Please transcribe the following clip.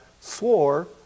swore